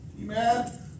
Amen